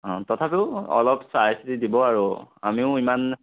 তথাপিও অলপ চাই চিতি দিব আৰু আমিও ইমান